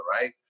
right